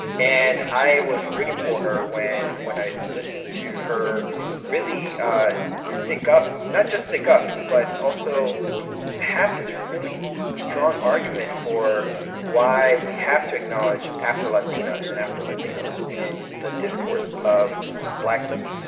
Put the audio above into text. and i was rooting for her when when i listened to her really ah stick up, not just stick up but also have this really strong argument for why we have to acknowledge afro-latinas and afro-latinos in the discourse of blackness.